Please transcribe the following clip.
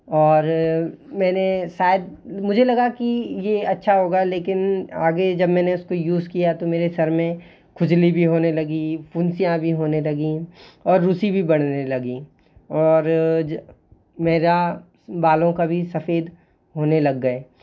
और मैंने शायद मुझे लगा कि ये अच्छा होगा लेकिन आगे जब मैंने उसको यूज़ किया तो मेरे सिर में खुजली भी होने लगी फुंसियाँ भी होने लगीं और रुसी भी बढ़ने लगी और मेरा बालों का भी सफेद होने लग गए